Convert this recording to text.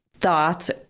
thoughts